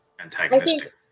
antagonistic